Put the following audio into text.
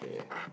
yeah